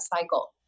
cycle